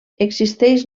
existeix